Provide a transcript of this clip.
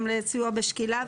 גם בסיוע בשקילה,